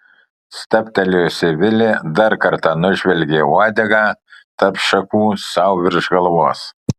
stabtelėjusi vilė dar kartą nužvelgė uodegą tarp šakų sau virš galvos